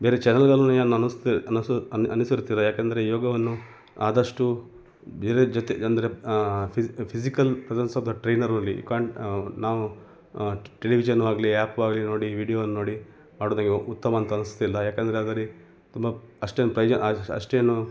ಬೇರೆ ಚಾನಲ್ಗಳಲ್ಲು ಅನಿಸ್ತು ಅನಿಸ್ತು ಅನಿ ಅನಿಸುತ್ತಿಲ್ಲ ಯಾಕೆಂದರೆ ಯೋಗವನ್ನು ಆದಷ್ಟು ಬೇರೆಯವ್ರ ಜೊತೆ ಅಂದರೆ ಫಿಝಿಕಲ್ ಪ್ರೆಝೆನ್ಸ್ ಆಫ್ ದ ಟ್ರೈನರಲ್ಲಿ ಯು ಕಾಂಟ್ ನಾವು ಟೆಲಿವಿಷನು ಆಗಲೀ ಆ್ಯಪ್ ಆಗಲೀ ನೋಡಿ ವಿಡಿಯೋವನ್ನು ನೋಡಿ ಮಾಡೋದ್ ಉತ್ತಮ ಅಂತ ಅನ್ನಿಸ್ತಿಲ್ಲ ಯಾಕೆಂದರೆ ಅದರಲ್ಲಿ ತುಂಬ ಅಷ್ಟೇನೂ ಪ್ರಯೋಜನ ಅಷ್ಟೇನೂ